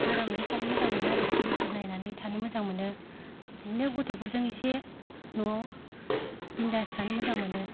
आरामैनो थानो मोजां मोनो आरो टिभि फोर नायनानै थानो मोजां मोनो बिदिनो गथ'फोरजों एसे न'आव बिनडास थानो मोजां मोनो